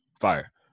fire